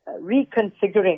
reconfiguring